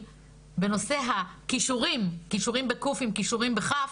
בנושא הכישורים קישורים בק' עם כישורים בכ'